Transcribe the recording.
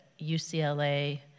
UCLA